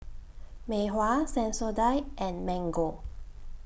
Mei Hua Sensodyne and Mango